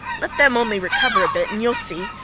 let them only recover a bit, and youll see.